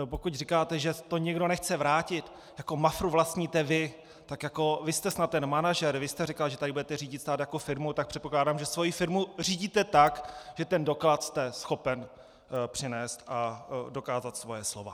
Pokud říkáte, že to nikdo nechce vrátit, Mafru vlastníte vy, tak jako vy jste snad ten manažer, vy jste říkal, že tady budete řídit stát jako firmu, tak předpokládám, že svoji firmu řídíte tak, že ten doklad jste schopen přinést a dokázat svoje slova.